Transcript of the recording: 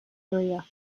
area